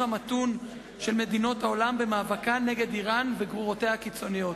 המתון של מדינות העולם במאבקן נגד אירן וגרורותיה הקיצוניות.